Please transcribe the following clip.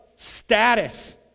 status